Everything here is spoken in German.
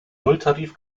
nulltarif